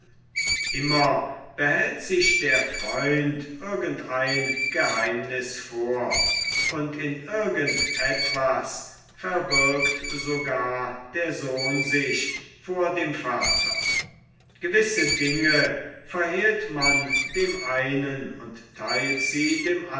immer behält sich der freund irgend ein geheimniß vor und in irgend etwas verbirgt sogar der sohn sich vor dem vater gewisse dinge verhehlt man dem einen und theilt sie dem